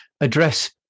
address